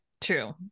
True